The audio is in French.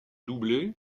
doublé